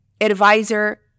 advisor